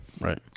right